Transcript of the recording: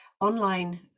online